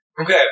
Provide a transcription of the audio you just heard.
Okay